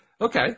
okay